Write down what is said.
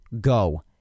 go